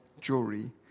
jewelry